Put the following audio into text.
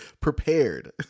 Prepared